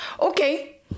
okay